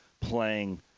playing